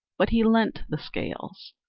but he lent the scales.